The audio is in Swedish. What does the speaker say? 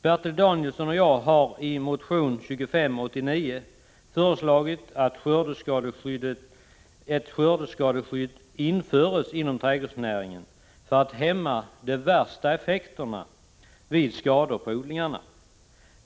Bertil Danielsson och jag har i motion 1984/85:2589 föreslagit att ett skördeskadeskydd införs inom trädgårdsnäringen för att hämma de värsta effekterna vid skador på odlingarna.